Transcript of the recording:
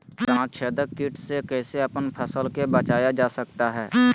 तनाछेदक किट से कैसे अपन फसल के बचाया जा सकता हैं?